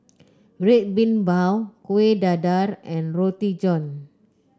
Red Bean Bao Kueh Dadar and Roti John